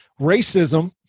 racism